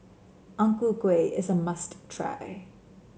Ang Ku Kueh is a must try